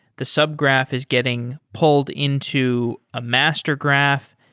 the sub graph is getting pulled into a master graph.